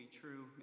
true